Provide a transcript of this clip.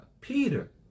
Peter